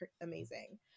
amazing